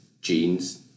genes